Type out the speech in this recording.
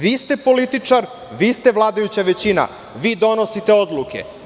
Vi ste političar, vi ste vladajuća većina, vi donosite odluke.